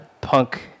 punk